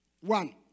One